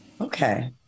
Okay